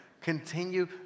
continue